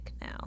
now